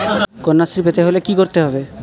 কন্যাশ্রী পেতে হলে কি করতে হবে?